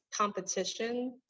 competition